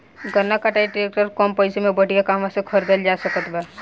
गन्ना कटाई ट्रैक्टर कम पैसे में बढ़िया कहवा से खरिदल जा सकत बा?